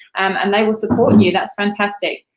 and they will support and you. that's fantastic.